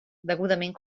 degudament